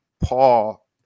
Paul